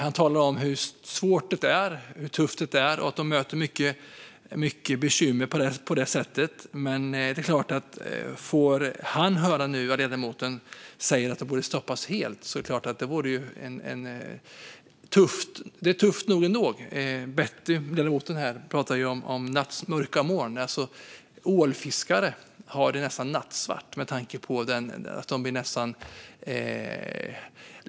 Han talade om hur svårt och tufft det är och att de möter mycket bekymmer. Om han nu får höra att ledamoten säger att det borde stoppas helt vore det tufft. Det är tufft nog ändå. Betty talade om mörka moln. För ålfiskare är det nästan nattsvart.